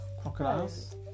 Crocodiles